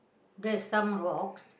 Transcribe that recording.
there's some rocks